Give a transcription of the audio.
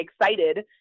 excited